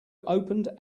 opened